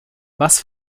was